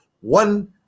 one